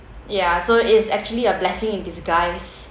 ya so it's actually a blessing in disguise